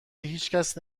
هیچکس